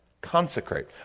Consecrate